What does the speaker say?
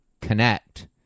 connect